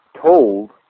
told